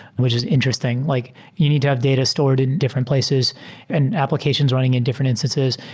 which is interesting. like you need to have data stored in different places and applications running in different instances.